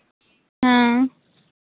ᱦᱮᱸ